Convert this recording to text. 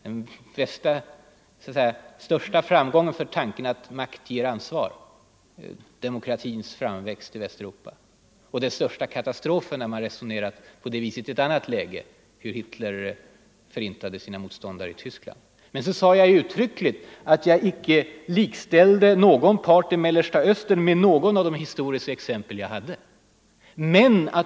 Å ena sidan den största framgången för tanken att makt ger ansvar: demokratins framväxt i främst Västeuropa. Å andra sidan den största katastrofen när man resonerade på det viset i ett annat läge: hur Hitler förintade sina motståndare i Tyskland. Därefter sade jag uttryckligen att jag icke likställde någon part i Mellersta Östern med något av de historiska exempel jag hade anfört.